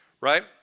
Right